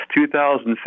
2015